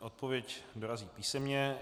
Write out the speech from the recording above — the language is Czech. Odpověď dorazí písemně.